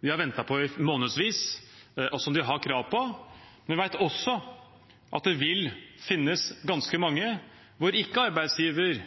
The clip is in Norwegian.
de har ventet på i månedsvis, og som de har krav på, men vi vet også at det vil finnes ganske mange der arbeidsgiver ikke